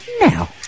now